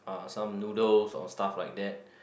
uh some noodles or stuff like that